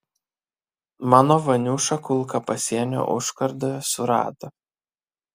mano vaniušą kulka pasienio užkardoje surado